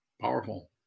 Powerful